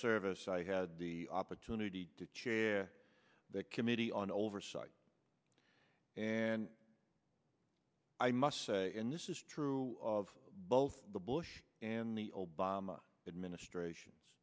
service i had the opportunity to chair the committee on oversight and i must say and this is true of both the bush and the obama administrations